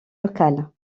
locales